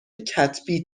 کتبی